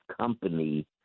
company